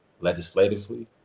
legislatively